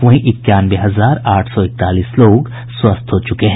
वहीं इक्यानवे हजार आठ सौ इकतालीस लोग स्वस्थ हो चुके हैं